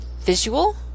visual